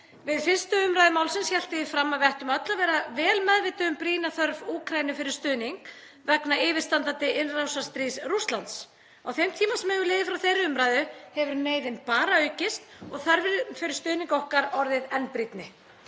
Við fyrri umræðu málsins hélt ég því fram að við ættum öll að vera vel meðvituð um brýna þörf Úkraínu fyrir stuðning vegna yfirstandandi innrásarstríðs Rússlands. Á þeim tíma sem hefur liðið frá þeirri umræðu hefur neyðin bara aukist og þörfin fyrir stuðning okkar orðið enn brýnni.